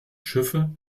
schiffe